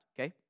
okay